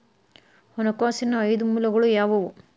ಹಣಕಾಸಿನ ಐದು ಮೂಲಗಳು ಯಾವುವು?